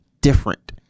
different